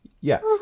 Yes